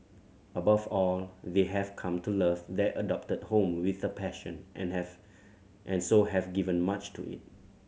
above all they have come to love their adopted home with a passion and have and so have given much to it